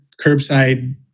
curbside